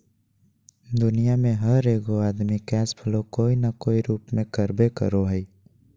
दुनिया में हर एगो आदमी कैश फ्लो कोय न कोय रूप में करबे करो हइ